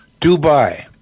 Dubai